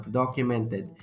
documented